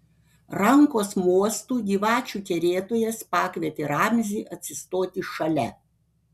rankos mostu gyvačių kerėtojas pakvietė ramzį atsistoti šalia